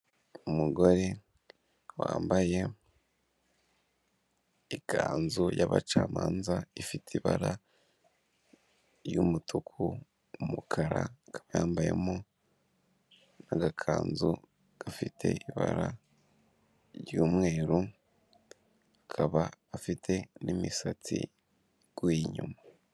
Umugore wambaye ikanzu y'abacamanza ifite ibara y'umutuku, umukara, akaba yambayemo n'agakanzu gafite ibara ry'umweru, akaba afite n'imisatsi iguye inyuma.